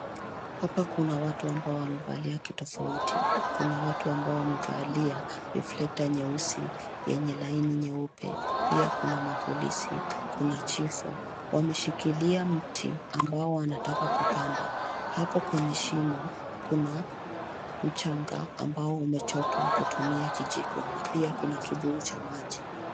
Hapa kuna watu ambao wamevalia kitofauti, kuna watu ambao wamevalia reflector nyeusi yenye laini nyeupe. Pia kuna mapolisi, kuna chifu, wameshikilia mti ambao wanataka kupanda. Hapo kwenye shimo, kuna mchanga ambao umechotwa kwa kutumia kijiko, na pia kuna kibuyu cha maji.